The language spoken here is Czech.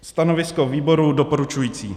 Stanovisko výboru je doporučující.